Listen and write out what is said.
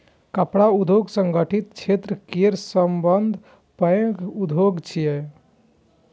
कपड़ा उद्योग संगठित क्षेत्र केर सबसं पैघ उद्योग छियै